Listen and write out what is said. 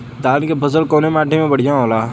धान क फसल कवने माटी में बढ़ियां होला?